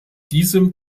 diesem